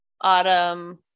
Autumn